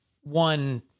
one